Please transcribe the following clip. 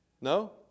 No